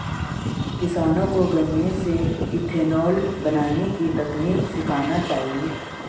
किसानों को गन्ने से इथेनॉल बनने की तकनीक सीखना चाहिए